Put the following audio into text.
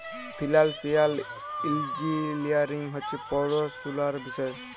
financial engineering হছে পড়াশুলার বিষয়